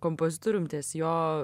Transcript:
kompozitorium ties jo